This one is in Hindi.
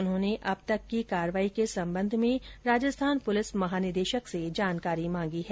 उन्होंने अब तक की कार्रवाई के संबंध में राजस्थान पुलिस महानिदेशक से जानकारी मांगी है